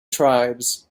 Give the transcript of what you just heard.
tribes